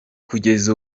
kugeza